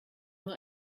nur